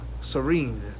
serene